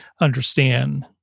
understand